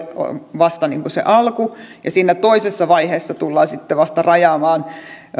vasta se alku ja siinä toisessa vaiheessa tullaan sitten vasta rajaamaan